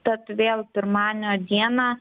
tad vėl pirmadienio dieną